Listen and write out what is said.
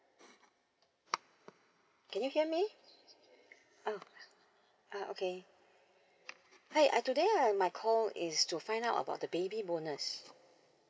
can you hear me oh uh okay hi today uh my call is to find out about the baby bonus